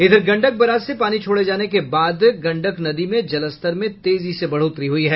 इधर गंडक बराज से पानी छोड़े जाने के बाद गंडक नदी में जलस्तर में तेजी से बढोतरी हुई है